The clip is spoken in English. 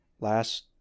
last